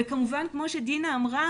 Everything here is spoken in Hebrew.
כמו שדינה אמרה,